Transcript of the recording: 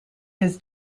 his